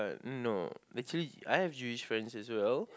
uh no actually I have Jewish friends as well